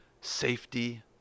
safety